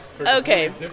Okay